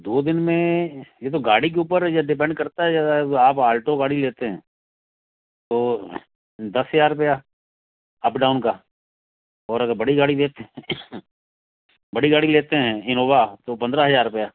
दो दिन में यहतो गाड़ी के ऊपर यह डिपेंड करता है आप आल्टो गाड़ी लेते हैं तो दस हज़ार रुपया अप डाउन का और अगर बड़ी गाड़ी लेते हैं बड़ी गाड़ी लेते हैं इनोवा तो पंद्रह हज़ार रुपया